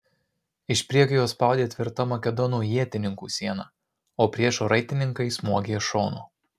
iš priekio juos spaudė tvirta makedonų ietininkų siena o priešo raitininkai smogė iš šono